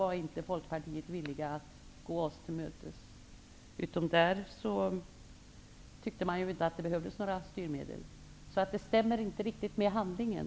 I det fallet tyckte man att det inte behövdes några styrmedel. Det här stämmer inte riktigt med handlingen.